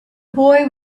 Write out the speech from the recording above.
boy